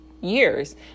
years